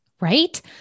right